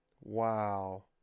Wow